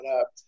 up